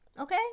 Okay